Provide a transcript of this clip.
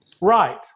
Right